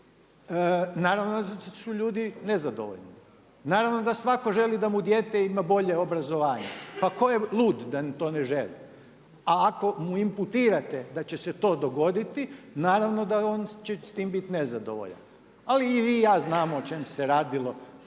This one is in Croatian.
naravno da su ljudi nezadovoljni, naravno da svako želi da mu dijete ima bolje obrazovanje. Pa ko je lud da to ne želi, a ako mu imputirate da će se to dogoditi naravno da će on s tim bit nezadovoljan. Ali i vi i ja znamo o čemu se radilo